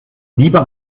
lieber